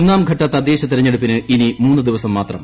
ഒന്നാംഘട്ട തദ്ദേശ തെരഞ്ഞെടുപ്പിന് ഇനി മൂന്ന് ദിവസങ്ങൾ മാത്രം